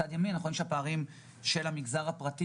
אז עדיין הכללים של הפיקוח חלים,